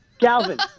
Calvin